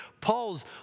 Paul's